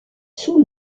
sous